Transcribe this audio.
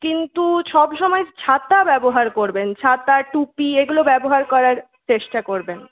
কিন্তু সব সময় ছাতা ব্যবহার করবেন ছাতা টুপি এগুলো ব্যবহার করার চেষ্টা করবেন